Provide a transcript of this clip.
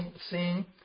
sing